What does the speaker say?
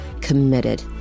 committed